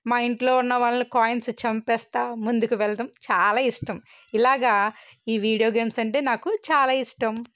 మా ఇంట్లో ఉన్న వాళ్ళని కాయిన్స్ చంపేస్తు ముందుకు వెళ్ళడం చాలా ఇష్టం ఇలాగ ఈ వీడియో గేమ్స్ అంటే నాకు చాలా ఇష్టం